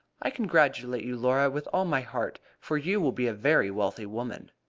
i congratulate you, laura, with all my heart, for you will be a very wealthy woman.